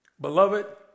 Beloved